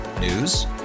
News